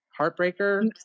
Heartbreaker